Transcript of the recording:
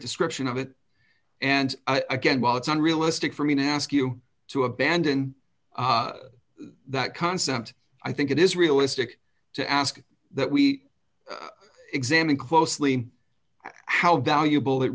description of it and again while it's unrealistic for me to ask you to abandon that concept i think it is realistic to ask that we examine closely how valuable it